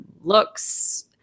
looks